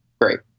great